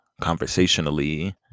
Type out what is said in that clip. conversationally